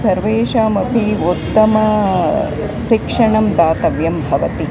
सर्वेषामपि उत्तमं शिक्षणं दातव्यं भवति